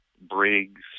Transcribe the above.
Briggs